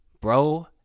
Bro